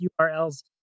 URLs